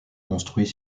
construit